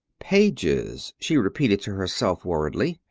pages, she repeated to herself, worriedly,